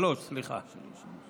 שלוש, סליחה.